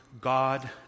God